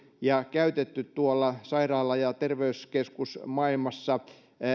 ja käytetty tuolla sairaala ja terveyskeskusmaailmassa